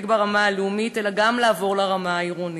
ברמה הלאומית אלא גם לעבור לרמה העירונית.